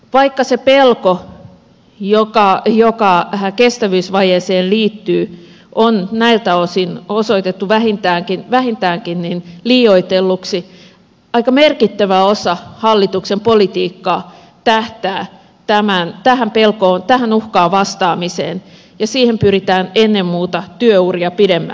vaikka se pelko joka kestävyysvajeeseen liittyy on näiltä osin osoitettu vähintäänkin liioitelluksi aika merkittävä osa hallituksen politiikkaa tähtää tähän uhkaan vastaamiseen ja siihen pyritään ennen muuta työ uria pidentämällä